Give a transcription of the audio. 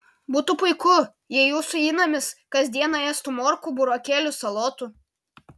būtų puiku jei jūsų įnamis kas dieną ėstų morkų burokėlių salotų